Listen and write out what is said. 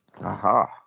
aha